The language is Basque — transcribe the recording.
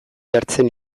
jartzen